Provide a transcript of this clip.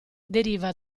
deriva